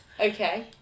Okay